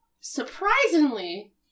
surprisingly